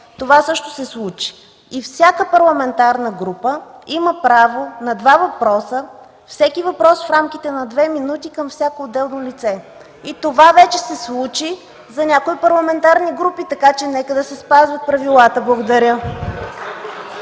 това също се случи. И всяка парламентарна група има право на два въпроса, всеки въпрос в рамките на две минути към всяко отделно лице. И това вече се случи за някои парламентарни групи. Така че нека да се спазват правилата. Благодаря.